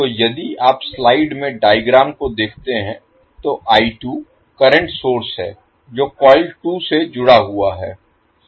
तो यदि आप स्लाइड में डायग्राम को देखते हैं तो करंट सोर्स है जो कॉइल 2 से जुड़ा हुआ है